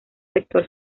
sector